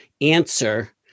answer